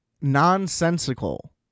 nonsensical